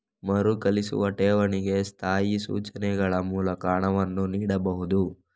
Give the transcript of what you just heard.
ಮರುಕಳಿಸುವ ಠೇವಣಿಗೆ ಸ್ಥಾಯಿ ಸೂಚನೆಗಳ ಮೂಲಕ ಹಣವನ್ನು ನೀಡಬಹುದು